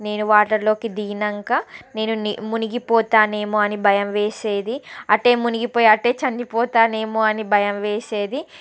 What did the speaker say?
నేను వాటర్లోకి దిగినాక నేను మునిగిపోతానేమో అని భయం వేసేది అటే మునిగిపోయి అటే చనిపోతానేమో అని భయం వేసేది